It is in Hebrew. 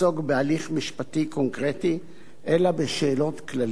משפטי קונקרטי אלא בשאלות כלליות בלבד.